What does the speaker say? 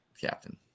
Captain